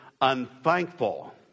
unthankful